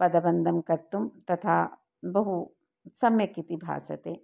पदबन्धं कर्तुं तथा बहु सम्यक् इति भासते